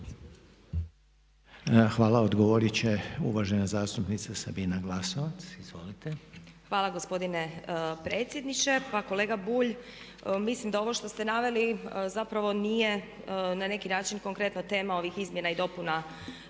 Hvala. Odgovorit će uvažena zastupnica Sabina Glasovac. Izvolite. **Glasovac, Sabina (SDP)** Hvala gospodine predsjedniče. Pa kolega Bulj, mislim da ovo što ste naveli zapravo nije na neki način konkretno tema ovih izmjena i dopuna